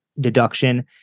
deduction